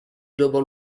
global